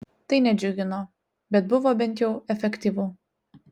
tai nedžiugino bet buvo bent jau efektyvu